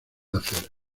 hacer